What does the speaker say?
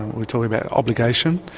we're talking about obligation.